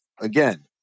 Again